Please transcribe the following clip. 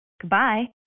Goodbye